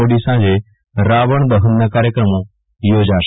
મોડી સાંજે રાવણ દહનના કાર્યક્રમ યોજાશે